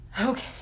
okay